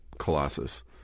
Colossus